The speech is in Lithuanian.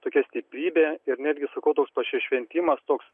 tokia stiprybė ir netgi sakau toks pasišventimas toks